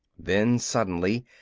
then, suddenly,